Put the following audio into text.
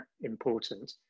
important